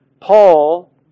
Paul